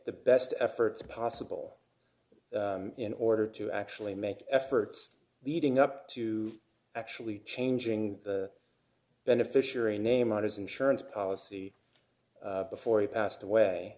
the best efforts possible in order to actually make efforts leading up to actually changing the beneficiary name of his insurance policy before he passed